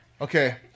Okay